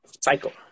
cycle